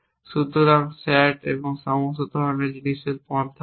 সুতরাং স্যাট এবং সব ধরনের জিনিসের পন্থা আছে